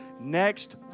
next